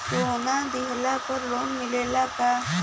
सोना दिहला पर लोन मिलेला का?